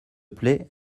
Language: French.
plait